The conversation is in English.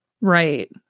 right